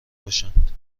باشند